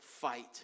fight